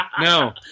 no